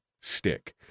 Stick